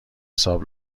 حساب